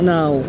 Now